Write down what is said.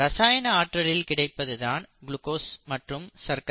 ரசாயன ஆற்றலில் கிடைப்பது தான் குளுக்கோஸ் மற்றும் சர்க்கரை